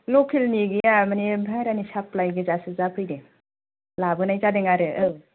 लकेलनि गैया माने बायह्रानि साफ्लाय गोजासो जाफैदों लाबोनाय जादों आरो औ